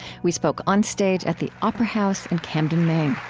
we spoke on stage at the opera house in camden, maine